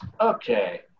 Okay